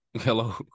Hello